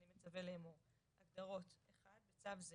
אני מצווה לאמור: הגדרות 1. בצו זה-